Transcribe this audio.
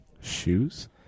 Shoes